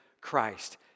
Christ